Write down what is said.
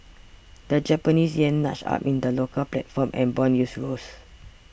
the Japanese yen nudged up in the local platform and bond yields rose